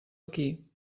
aquí